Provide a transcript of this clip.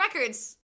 records